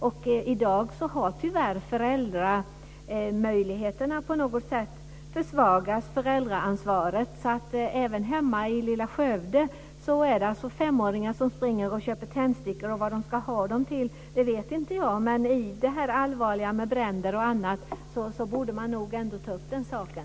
I dag har tyvärr föräldramöjligheterna och föräldraansvaret på något sätt försvagats. Även hemma i lilla Skövde finns det femåringar som springer och köper tändstickor. Vad de ska ha dem till vet inte jag, men i och med detta allvarliga med bränder osv. så borde man nog ta upp den här saken.